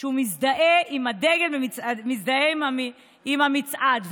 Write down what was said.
שהוא מזדהה עם הדגל, מזדהה עם המצעד.